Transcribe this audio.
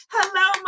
Hello